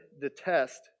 detest